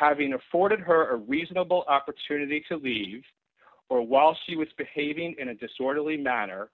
having afforded her a reasonable opportunity to leave for a while she was behaving in a disorderly manner